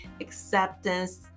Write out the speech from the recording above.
acceptance